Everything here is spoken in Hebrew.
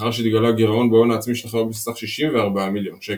לאחר שהתגלה גירעון בהון העצמי של החברה בסך 64 מיליון שקל.